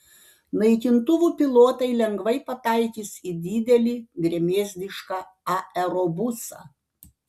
naikintuvų pilotai lengvai pataikys į didelį gremėzdišką aerobusą